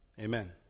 Amen